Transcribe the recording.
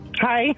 hi